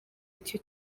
icyo